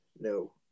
no